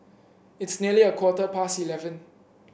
it's nearly a quarter past eleven